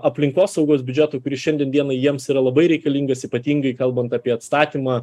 aplinkosaugos biudžeto kuris šiandien dienai jiems yra labai reikalingas ypatingai kalbant apie statymą